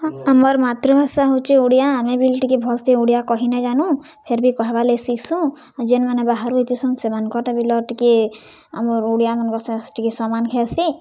ହଁ ଆମର୍ ମାତୃଭାଷା ହଉଚେ ଓଡ଼ିଆ ଆମେ ବି ଟିକେ ଭଲ୍ସେ ଓଡ଼ିଆ କହି ନାଇଁଜାନୁ ଫେର୍ ବି କହେବାର୍ ଲାଗି ଶିଖ୍ସୁଁ ଆଉ ଯେନ୍ମାନେ ବାହାରୁ ଆଇଥିସନ୍ ସେମାନଙ୍କଟା ବି ଲ ଟିକେ ଆମର୍ ଓଡ଼ିଆମାନଙ୍କ ସାଙ୍ଗେ ଟିକେ ସମାନ୍ ଖାଏସି